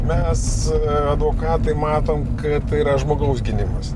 mes advokatai matom kad tai yra žmogaus gynimas